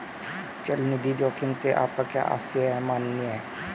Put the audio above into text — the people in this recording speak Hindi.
चल निधि जोखिम से आपका क्या आशय है, माननीय?